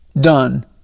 done